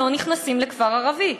שלא נכנסים לכפר ערבי.